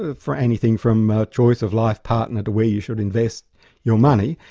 ah for anything from choice of life partner to where you should invest your money,